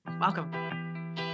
Welcome